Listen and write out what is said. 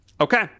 Okay